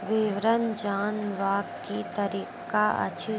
विवरण जानवाक की तरीका अछि?